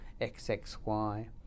XXY